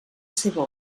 seva